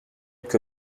que